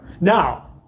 Now